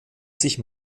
sich